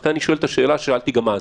לכן אני שואל את השאלה ששאלתי גם אז.